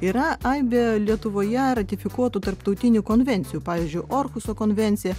yra aibė lietuvoje ratifikuotų tarptautinių konvencijų pavyzdžiui orkuso konvencija